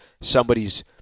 somebody's